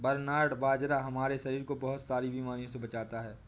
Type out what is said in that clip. barnyard बाजरा हमारे शरीर को बहुत सारी बीमारियों से बचाता है